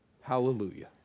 Hallelujah